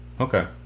Okay